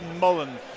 Mullen